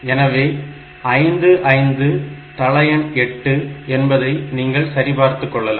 எனவே 55 தள எண் 8 என்பதை நீங்கள் சரி பார்த்துக் கொள்ளலாம்